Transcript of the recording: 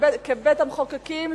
כבית-מחוקקים,